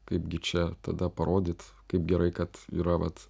kaipgi čia tada parodyt kaip gerai kad yra vat